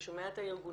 אתה שומע את הארגונים,